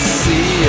see